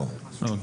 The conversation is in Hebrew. לא.